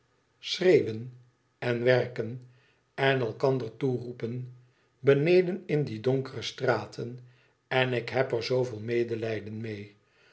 schreeuwen en werken en elkander toeroepen beneden in die donkere straten en ik heb er zooveel medelijden mee